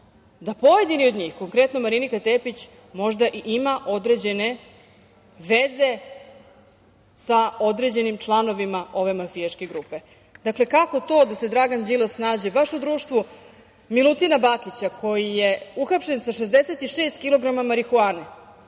da pojedini od njih, konkretno Marinika Tepić možda ima i određene veze sa određenim članovima ove mafijaške grupe? Dakle, kako to da se Dragan Đilas nađe u društvu Milutina Bakića koji je uhapšen sa 66 kilograma marihuane? Ovo